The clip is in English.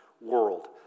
world